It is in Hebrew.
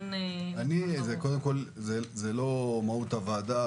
זה לא מהות הוועדה,